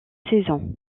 saisons